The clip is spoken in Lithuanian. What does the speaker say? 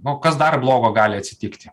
o kas dar blogo gali atsitikti